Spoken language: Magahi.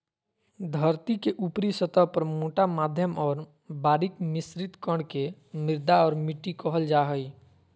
धरतीके ऊपरी सतह पर मोटा मध्यम और बारीक मिश्रित कण के मृदा और मिट्टी कहल जा हइ